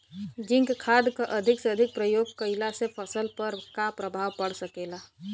Zinc खाद क अधिक से अधिक प्रयोग कइला से फसल पर का प्रभाव पड़ सकेला?